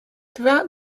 throughout